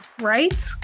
right